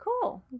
cool